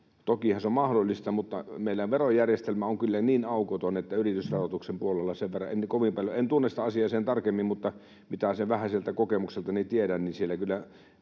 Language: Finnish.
on mahdollista, mutta meillä verojärjestelmä on kyllä niin aukoton, että yritysverotuksen puolella — en tunne sitä asiaa sen tarkemmin, mutta mitä vähäiseltä kokemukseltani tiedän — verottaja tietää kyllä